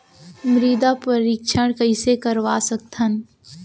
मृदा परीक्षण कइसे करवा सकत हन?